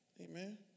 amen